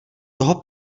toho